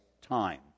time